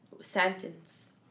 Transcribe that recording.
sentence